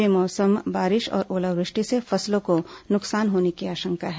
बे मौसम बारिश और ओलावृष्टि से फसलों को न्कसान होने की आशंका है